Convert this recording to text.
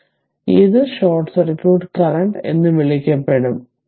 അതിനാൽ ഇത് short circuit current എന്ന് വിളിക്കപ്പെടും